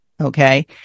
Okay